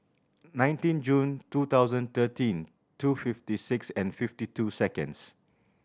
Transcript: nineteen June two thousand thirteen two fifty six and fifty two seconds